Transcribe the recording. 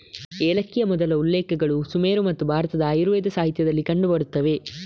ಏಲಕ್ಕಿಯ ಮೊದಲ ಉಲ್ಲೇಖಗಳು ಸುಮೇರು ಮತ್ತು ಭಾರತದ ಆಯುರ್ವೇದ ಸಾಹಿತ್ಯದಲ್ಲಿ ಕಂಡು ಬರುತ್ತವೆ